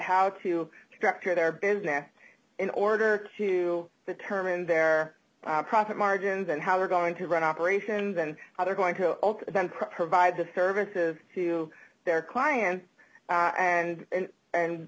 how to structure their business in order to determine their profit margin than how they're going to run operations and then how they're going to provide the services to their client and and